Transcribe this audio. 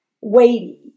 weighty